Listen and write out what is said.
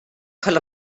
bhfuil